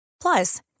Plus